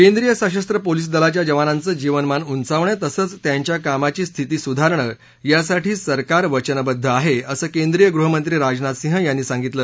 केंद्रीय सशस्त्र पोलीस दलाच्या जवानांचं जीवनमान उचावण तसंच त्यांच्या कामाची स्थिती सुधारण यासाठी सरकार वचनबद्ध आहे असं केंद्रीय गृहमंत्री राजनाथ सिंह यांनी सांगितलं